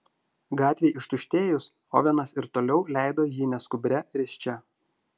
gatvei ištuštėjus ovenas ir toliau leido jį neskubria risčia